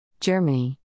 Germany